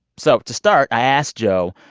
so to start, i asked joe,